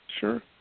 Sure